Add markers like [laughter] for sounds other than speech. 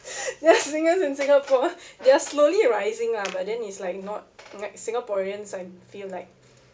there are singers in singapore [laughs] they are slowly rising lah but then is like not like singaporeans I feel like